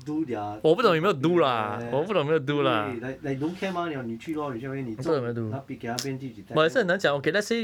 do their thing properly leh 对不对 like like don't care mah like 你去 lor 你去中那你给那边自己再给我